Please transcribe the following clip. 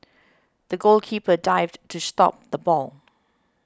the goalkeeper dived to stop the ball